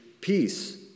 Peace